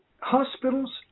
hospitals